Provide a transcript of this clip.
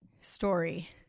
story